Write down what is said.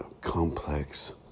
complex